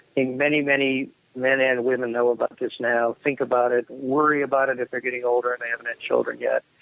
many, many men and women know about this now, think about it, worry about it if they're getting older and they haven't had children yet.